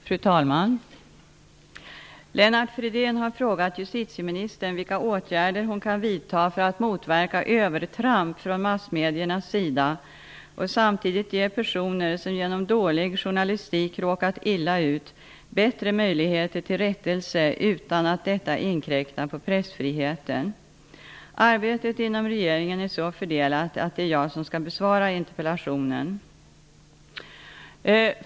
Fru talman! Lennart Fridén har frågat justitieministern vilka åtgärder hon kan vidta för att motverka övertramp från massmediernas sida och samtidigt ge personer som genom dålig journalistik råkat illa ut bättre möjligheter till rättelse utan att detta inkräktar på pressfriheten. Arbetet inom regeringen är så fördelat att det är jag som skall besvara interpellationen.